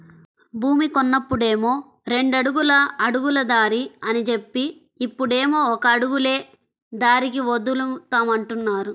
భూమి కొన్నప్పుడేమో రెండడుగుల అడుగుల దారి అని జెప్పి, ఇప్పుడేమో ఒక అడుగులే దారికి వదులుతామంటున్నారు